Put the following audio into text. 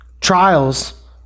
trials